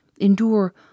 endure